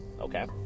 Okay